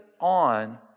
on